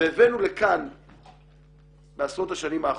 והבאנו לכאן בעשרות השנים האחרונות,